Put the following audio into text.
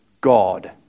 god